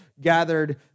gathered